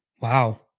Wow